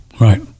right